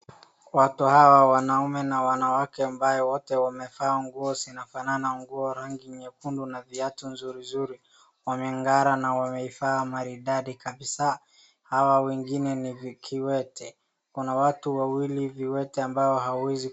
Watu hawa wanaume na wanawake ambao wote wamevaa nguo zinafanana, nguo ya rangi nyekundu na viatu nzuri nzuri. Wameng'ara na wameivaa kwa maridadi kabisaa, hawa wengine ni kiwete, kuna watu wawili viwete ambao hawawezi...